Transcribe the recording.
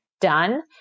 done